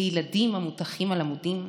לילדים המוטחים על עמודים,